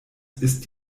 ist